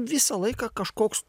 visą laiką kažkoks